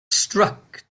struck